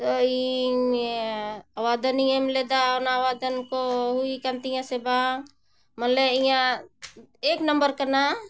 ᱛᱚ ᱤᱧ ᱟᱵᱮᱫᱚᱱᱤᱧ ᱮᱢ ᱞᱮᱫᱟ ᱚᱱᱟ ᱟᱵᱮᱫᱚᱱ ᱠᱚ ᱦᱩᱭ ᱠᱟᱱ ᱛᱤᱧᱟᱹ ᱥᱮ ᱵᱟᱝ ᱢᱟᱱᱮ ᱤᱧᱟᱹᱜ ᱮᱹᱠ ᱱᱟᱢᱵᱟᱨ ᱠᱟᱱᱟ